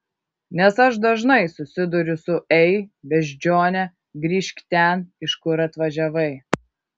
nes aš dažnai susiduriu su ei beždžione grįžk ten iš kur atvažiavai